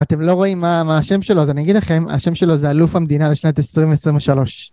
אתם לא רואים מה השם שלו אז אני אגיד לכם: השם שלו זה אלוף המדינה לשנת 2023.